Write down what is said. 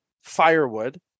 firewood